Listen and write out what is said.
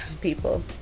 people